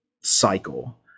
cycle